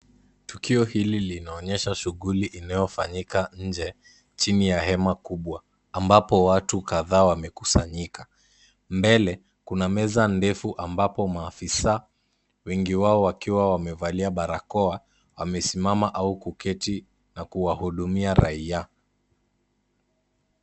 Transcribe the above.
Tukio hili linaonyesha shughuli inayofanyika nje chini ya hema kubwa ambapo watu kadhaa wamekusanyika. Mbele kuna meza ndefu ambapo maafisa wengi wao wakiwa wamevalia barakoa amesimama au kuketi na kuwahudumia raia.